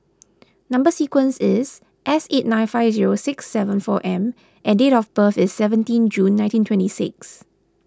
Number Sequence is S eight nine five zero six seven four M and date of birth is seventeen June nineteen twenty six